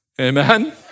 Amen